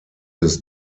his